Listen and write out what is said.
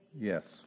Yes